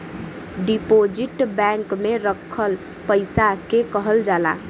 deposit bank में रखल पइसा के कहल जाला